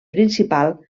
principal